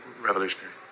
Revolutionary